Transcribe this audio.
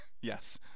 Yes